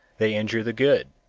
they injure the good.